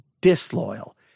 disloyal